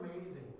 amazing